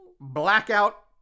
Blackout